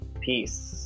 peace